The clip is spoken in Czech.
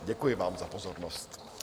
Děkuji vám za pozornost.